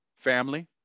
Family